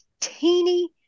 teeny